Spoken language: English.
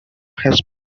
had